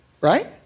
right